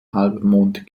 halbmond